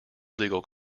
legal